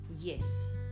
yes